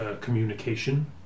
communication